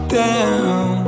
down